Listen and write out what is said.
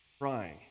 crying